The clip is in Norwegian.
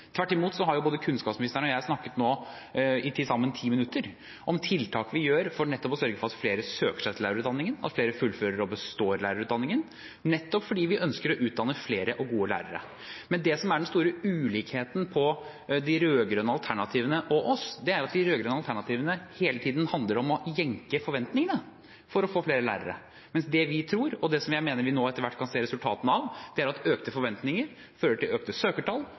Tvert imot har både kunnskapsministeren og jeg nå snakket i til sammen 10 minutter om tiltak vi gjør for å sørge for at flere søker seg til lærerutdanningen, og at flere fullfører og består lærerutdanningen, nettopp fordi vi ønsker å utdanne flere og gode lærere. Men det som er den store ulikheten mellom de rød-grønne alternativene og oss, er at de rød-grønne alternativene hele tiden handler om å jenke forventningene for å få flere lærere, mens det vi tror, og det som jeg mener vi nå etter hvert kan se resultatene av, er at økte forventninger fører til økte søkertall